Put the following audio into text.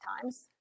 times